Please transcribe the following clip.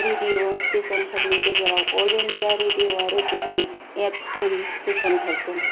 radio स्टेशनफोरनि गेजेराव All India Radio आरो गुबुन एफएम स्टेशनफोर दं